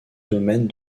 domaine